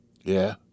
Yeah